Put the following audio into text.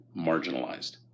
marginalized